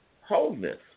wholeness